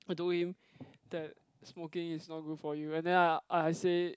I told him that smoking is not good for you and then I I say